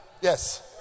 Yes